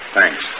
Thanks